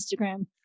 instagram